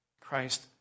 Christ